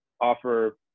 offer